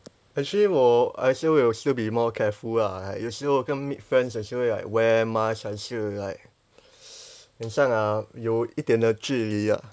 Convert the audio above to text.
actually 我 I still will be still more careful lah like 有时候跟 meet friends 也是会 like wear mask 还是 like 好像啊有一点的距离啊